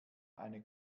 eine